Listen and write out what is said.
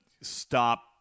stop